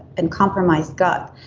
and compromised gut.